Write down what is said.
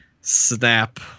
snap